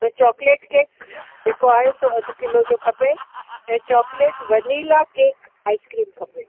chocolate cake जे को आहे सो अधु किलो जो खपे ऐं चॉकलेट वनीला केक आइस्क्रीम खपे